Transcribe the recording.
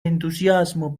entusiasmo